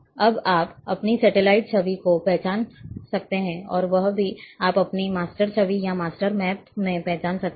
अब आप अपनी सैटेलाइट छवि को पहचान सकते हैं और वह भी आप अपनी मास्टर छवि या मास्टर मैप में पहचान सकते हैं